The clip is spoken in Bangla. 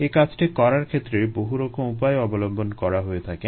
এ কাজটি করার ক্ষেত্রে বহু রকম উপায় অবলম্বন করা হয়ে থাকে